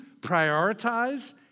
prioritize